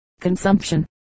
consumption